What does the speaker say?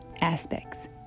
aspects